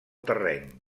terreny